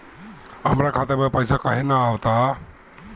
हमरा खाता में पइसा काहे ना आव ता?